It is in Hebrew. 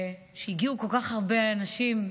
כשהגיעו כל כך הרבה אנשים,